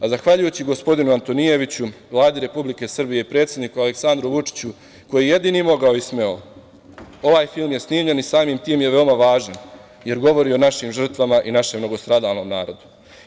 Zahvaljujući gospodinu Antonijeviću, Vladi Republike Srbije i predsedniku Aleksandru Vučiću koji je jedini mogao i smeo, ovaj film je snimljen i samim tim je veoma važan, jer govori o našim žrtvama i našem mnogostradalnom narodu.